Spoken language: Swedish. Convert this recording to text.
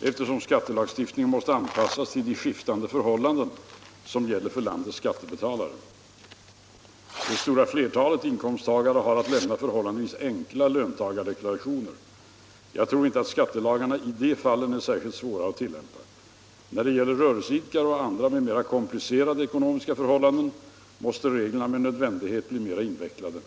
eftersom skattelagstiftningen måste anpassas till de skiftande förhållanden som gäller för landets skattebetalare. Det stora flertalet inkomsttagare har att lämna förhållandevis enkla löntagardeklarationer. Jag tror inte att skattelagarna i de fallen är särskilt svåra att tillämpa. När det gäller rörelseidkare och andra med mer komplicerade ekonomiska förhållanden måste reglerna med nödvändighet bli mer invecklade.